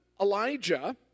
Elijah